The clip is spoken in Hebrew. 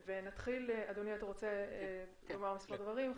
אדוני, אתה רוצה לומר מספר דברים?